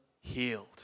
healed